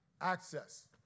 access